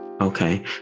Okay